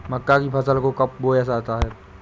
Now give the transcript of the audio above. मक्का की फसल को कब बोया जाता है?